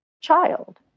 child